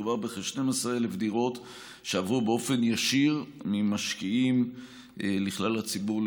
מדובר בכ-12,000 דירות שעברו באופן ישיר ממשקיעים לכלל הציבור,